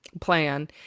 plan